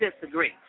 disagree